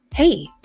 Hey